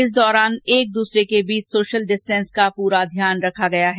इस दौरान एक दूसरे के बीच सोशल डिस्टेंस का पूरा ध्यान रखा गया है